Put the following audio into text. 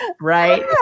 right